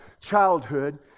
childhood